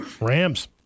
Rams